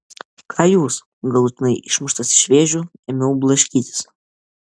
ką jūs galutinai išmuštas iš vėžių ėmiau blaškytis